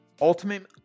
ultimate